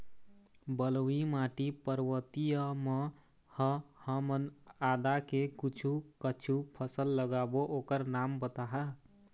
बलुई माटी पर्वतीय म ह हमन आदा के कुछू कछु फसल लगाबो ओकर नाम बताहा?